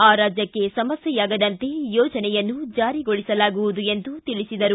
ಆ ರಾಜ್ಕಕ್ಕೆ ಸಮಸ್ಕೆಯಾಗದಂತೆ ಯೋಜನೆಯನ್ನು ಜಾರಿಗೊಳಿಸಲಾಗುವುದು ಎಂದು ತಿಳಿಸಿದರು